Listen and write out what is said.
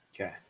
Okay